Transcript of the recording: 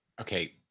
Okay